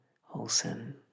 wholesome